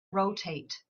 rotate